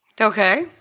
Okay